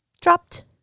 dropped